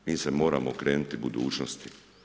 Mi se moramo okrenuti budućnosti.